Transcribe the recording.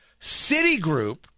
Citigroup